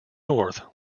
north